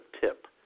tip